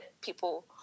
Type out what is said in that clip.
people